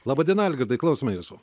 laba diena algirdai klausome jūsų